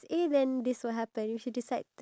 favourite movie